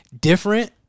different